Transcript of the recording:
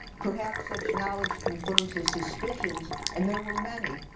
perhaps such knowledge confirmed his suspicions and there were many.